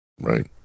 right